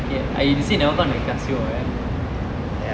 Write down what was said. okay err you say never count the casio right